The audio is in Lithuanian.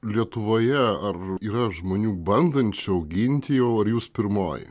lietuvoje ar yra žmonių bandančių auginti jau ar jūs pirmoji